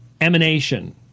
emanation